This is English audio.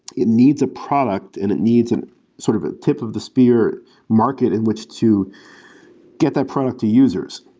it needs a product, and it needs and sort of a tip of the sphere market in which to get that product to users.